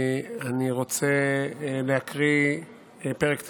אני רוצה להקריא פרק תהילים.